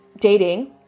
dating